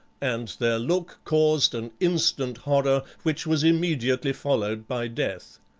and their look caused an instant horror which was immediately followed by death.